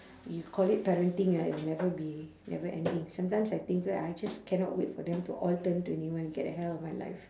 you call it parenting right it'll never be never ending sometimes I think right I just cannot wait for them to all turn twenty one get the hell of my life